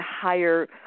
higher